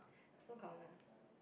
so common